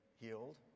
healed